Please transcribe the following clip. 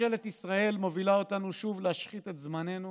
ממשלת ישראל מובילה אותנו שוב להשחית את זמננו